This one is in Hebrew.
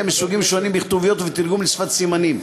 מסוגים שונים בכתוביות ותרגום לשפת סימנים.